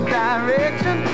direction